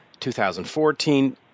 2014